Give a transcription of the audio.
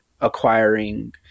acquiring